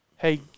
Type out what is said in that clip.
Hey